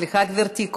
סליחה, גברתי.